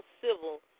civil